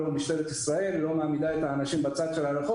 משטרת ישראל לא מעמידה את האנשים בצד הרחוב